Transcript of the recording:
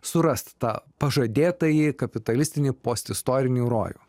surasti tą pažadėtąjį kapitalistinį postistorinį rojų